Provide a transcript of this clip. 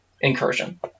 incursion